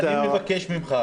אני מבקש ממך